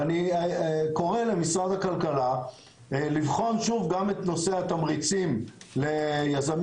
ואני קורא למשרד הכלכלה לבחון שוב גם את נושא התמריצים ליזמים,